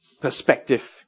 perspective